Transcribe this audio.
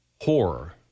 horror